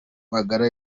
magara